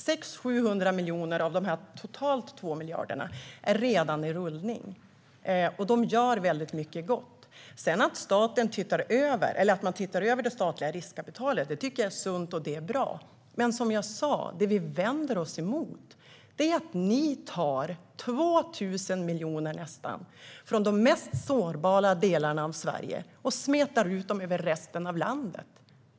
600-700 miljoner av dessa totalt 2 miljarder är redan i rullning, och de gör väldigt mycket gott. Att man sedan tittar över det statliga riskkapitalet tycker jag är sunt och bra, men som jag sa är det vi vänder oss emot att ni tar nästan 2 000 miljoner från de mest sårbara delarna av Sverige och smetar ut dem över resten av landet, Per-Arne Håkansson.